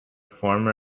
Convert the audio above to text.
former